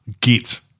git